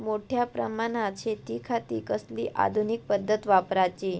मोठ्या प्रमानात शेतिखाती कसली आधूनिक पद्धत वापराची?